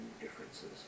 differences